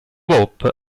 hope